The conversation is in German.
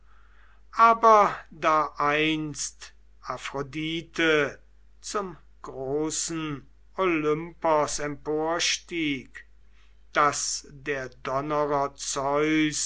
aber da einst aphrodite zum großen olympos empor stieg daß der donnerer zeus